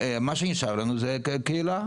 כי מה שנשאר לנו זו הקהילה,